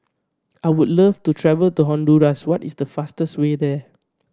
I would love to travel to Honduras what is the fastest way there